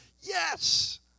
yes